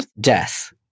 death